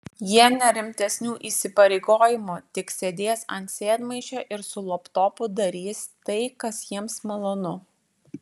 jie ne rimtesnių įsipareigojimų tik sėdės ant sėdmaišio ir su laptopu darys tai kas jiems malonu